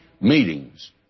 meetings